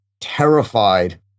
terrified